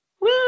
woo